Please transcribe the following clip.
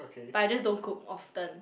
but I just don't cook often